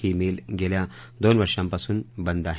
ही mill गेल्या दोन वर्षापासून बंद आहे